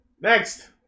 Next